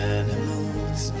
animals